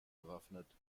bewaffnet